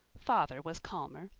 father was calmer.